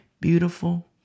beautiful